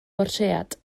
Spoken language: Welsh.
bortread